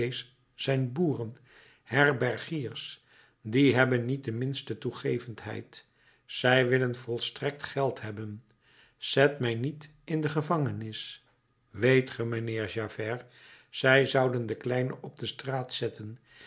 zijn boeren herbergiers die hebben niet de minste toegevendheid zij willen volstrekt geld hebben zet mij niet in de gevangenis weet ge mijnheer javert zij zouden de kleine op de straat zetten